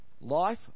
Life